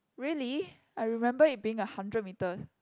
really I remember it being a hundred meters